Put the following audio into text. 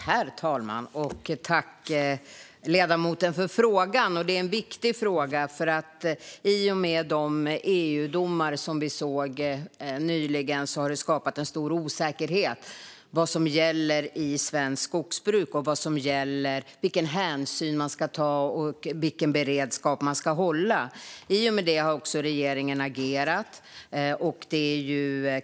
Herr talman! Jag tackar ledamoten för frågan. Detta är en viktig fråga. I och med de EU-domar som vi såg nyligen har det skapats en stor osäkerhet kring vad som gäller i svenskt skogsbruk, vilken hänsyn man ska ta och vilken beredskap man ska hålla. I och med detta har regeringen också agerat.